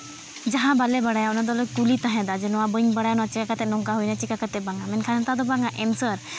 ᱡᱟᱦᱟᱸ ᱵᱟᱞᱮ ᱵᱟᱲᱟᱭᱟ ᱚᱱᱟ ᱫᱚᱞᱮ ᱠᱩᱞᱤ ᱛᱟᱦᱮᱱᱟ ᱱᱚᱣᱟ ᱵᱟᱹᱧ ᱵᱟᱲᱟᱭᱟ ᱱᱚᱣᱟ ᱪᱤᱠᱟᱹ ᱠᱟᱛᱮᱫ ᱱᱚᱝᱠᱟ ᱦᱩᱭᱮᱱᱟ ᱪᱤᱠᱟᱹ ᱠᱟᱛᱮᱫ ᱵᱟᱝᱼᱟ ᱢᱮᱱᱠᱷᱟᱱ ᱱᱮᱛᱟᱨ ᱫᱚ ᱵᱟᱝᱼᱟ ᱮᱱᱥᱟᱨ